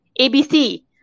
ABC